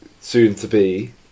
soon-to-be